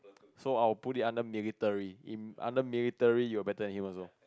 so I will put it under military in under military you were better than him also